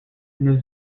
new